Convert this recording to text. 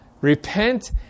Repent